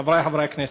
חבריי חברי הכנסת,